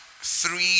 three